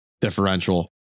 differential